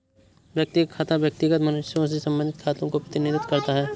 व्यक्तिगत खाता व्यक्तिगत मनुष्यों से संबंधित खातों का प्रतिनिधित्व करता है